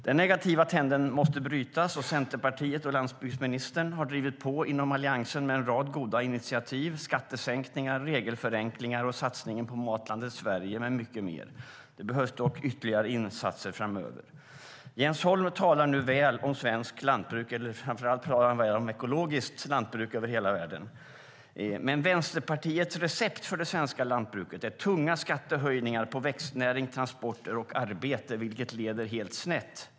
Den negativa trenden måste brytas, och Centerpartiet och landsbygdsministern har drivit på inom Alliansen med en rad goda initiativ - skattesänkningar, regelförenklingar och satsningen på Matlandet Sverige med mycket mer. Det behövs dock ytterligare insatser framöver. Jens Holm talar nu väl om svenskt lantbruk, eller framför allt talar han väl om ekologiskt lantbruk över hela världen. Men Vänsterpartiets recept för det svenska lantbruket är tunga skattehöjningar på växtnäring, transporter och arbete, vilket leder helt snett.